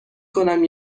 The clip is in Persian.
کنم